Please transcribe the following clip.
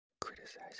criticizing